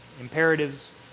imperatives